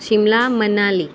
Shimla Manali